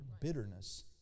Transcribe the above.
bitterness